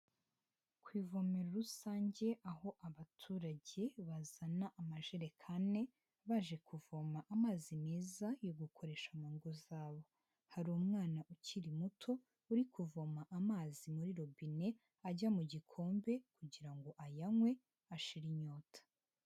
Ku ivomero rusange aho abaturage bazana amajerekani baje kuvoma amazi meza yo gukoresha mu ngo zabo, hari umwana ukiri muto uri kuvoma amazi muri robine ajya mu gikombe kugira ngo ayanywe ashira inyota.